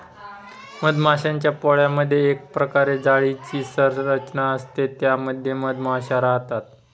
मधमाश्यांच्या पोळमधे एक प्रकारे जाळीची संरचना असते त्या मध्ये मधमाशा राहतात